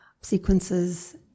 sequences